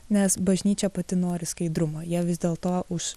nes bažnyčia pati nori skaidrumo jie vis dėl to už